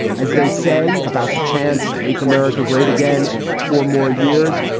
as they say, about the chance make america great again and four more years.